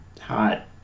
hot